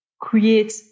create